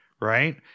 right